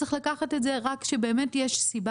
צריך לקחת את זה רק כשבאמת יש סיבה